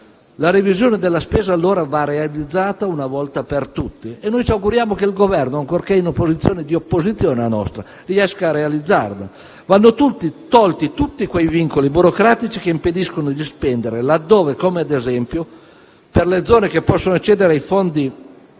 La revisione della spesa allora va realizzata una volta per tutte e noi ci auguriamo che il Governo, ancorché siamo all'opposizione, riesca a realizzarla. Vanno tolti tutti quei vincoli burocratici che impediscono di spendere. Ad esempio per le zone che possono accedere ai fondi